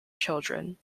children